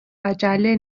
عجله